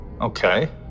Okay